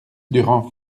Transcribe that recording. durand